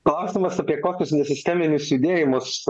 klausimas apie kokius nesisteminius judėjimus